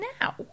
now